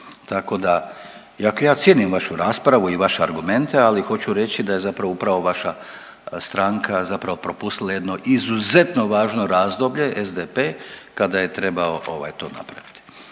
tako da, iako ja cijenim vašu raspravu i vaše argumente, ali hoću reći da je zapravo upravo vaša stranka zapravo propustila jedno izuzetno važno razdoblje, SDP, kada je trebao ovaj, to napraviti.